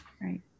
Right